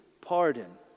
pardon